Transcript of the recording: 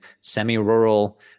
semi-rural